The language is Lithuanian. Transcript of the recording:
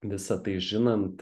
visa tai žinant